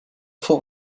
faux